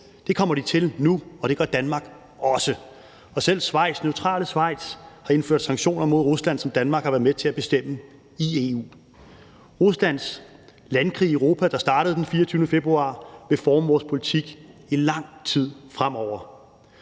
Det kommer de til nu, og det gør Danmark også. Og selv neutrale Schweiz har indført sanktioner mod Rusland, som Danmark har været med til at bestemme i EU. Ruslands landkrig i Europa, der startede den 24. februar, vil forme vores politik i lang tid fremover.